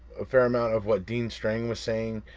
a fair amount of what dean strang was saying